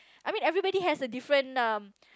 I mean everybody has a different um